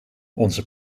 onze